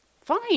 Fine